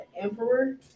emperor